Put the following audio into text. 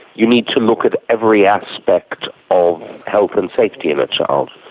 you need to look at every aspect of health and safety in a child.